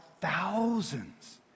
thousands